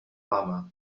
mama